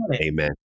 Amen